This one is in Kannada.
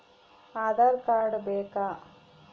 ಆಧಾರ್ ಕಾರ್ಡ್ ಬೇಕಾ?